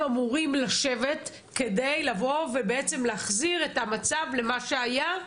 אמורים לשבת כדי להחזיר את המצב למה שהיה?